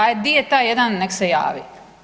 Ajde di je taj jedan, nek se javi.